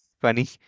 funny